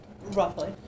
Roughly